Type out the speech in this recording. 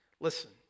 Listen